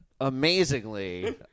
Amazingly